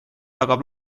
tagab